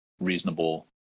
reasonable